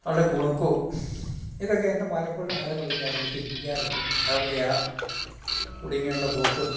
അവളുടെ കുണുക്കവും ഇതൊക്കെ എന്ന പലപ്പഴും ഹരംകൊള്ളിക്കാറുണ്ട് ചിരിപ്പിക്കാറുണ്ട് അവളുടെ ആ കുണുങ്ങിയുള്ള പോക്കും